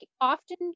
often